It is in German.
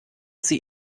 sie